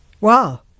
Wow